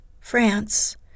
France